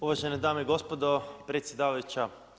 Uvažene dame i gospodo predsjedavajuća.